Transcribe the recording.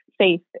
safe